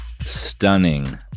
Stunning